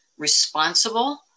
responsible